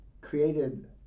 created